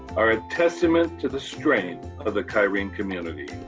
are a testament to the strength of the kyrene community.